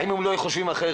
האם הם לא היו חושבים אחרת?